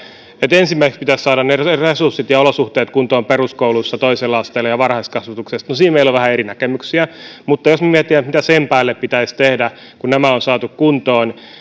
että ensimmäiseksi pitäisi saada ne resurssit ja olosuhteet kuntoon peruskouluissa toisella asteella ja varhaiskasvatuksessa no siinä meillä on vähän eri näkemyksiä mutta jos me mietimme mitä sen päälle pitäisi tehdä kun nämä on saatu kuntoon niin